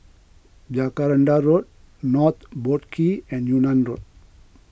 Jacaranda Road North Boat Quay and Yunnan Road